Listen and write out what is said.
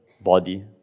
body